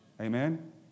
Amen